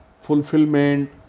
fulfillment